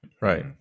right